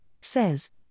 says